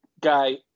guy